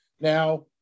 Now